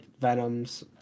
venoms